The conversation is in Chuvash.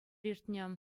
иртнӗ